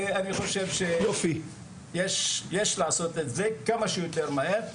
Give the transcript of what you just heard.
ואני חושב שיש לעשות את זה כמה שיותר מהר,